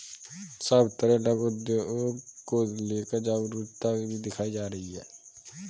सब तरफ लघु उद्योग को लेकर जागरूकता भी दिखाई जा रही है